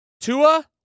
Tua